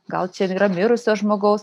gal čia yra mirusio žmogaus